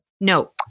No